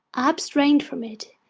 abstain from it,